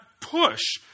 push